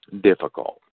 difficult